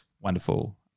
wonderful